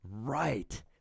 Right